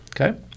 Okay